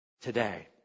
today